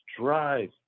drive